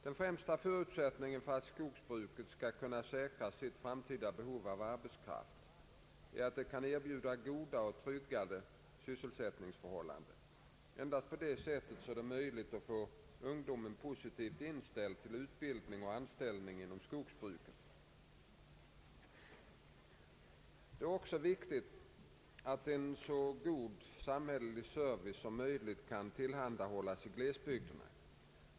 Den främsta förutsättningen för att skogsbruket skall kunna säkra sitt framtida behov av arbetskraft är att det kan erbjuda goda och tryggade sysselsättningsförhållanden. Endast på det sättet är det möjligt att få ungdomen positivt inställd till utbildning och anställning inom skogsbruket. Det är också viktigt att en så god samhällelig service som möjligt kan tillhandahållas i glesbygderna.